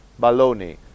baloney